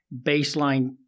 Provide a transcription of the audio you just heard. baseline